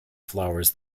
flowers